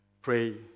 Pray